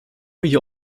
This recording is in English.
year